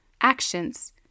Actions